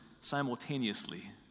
simultaneously